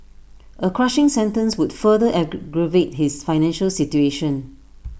A crushing sentence would further aggravate his financial situation